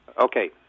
Okay